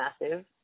massive